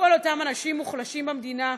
לכל אותם אנשים מוחלשים במדינה.